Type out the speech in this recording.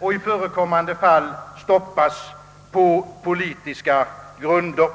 och i förekommande fall stoppas på politiska grunder.